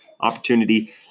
Opportunity